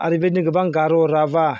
आरो बेबायदिनो गोबां गार' राभा